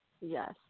Yes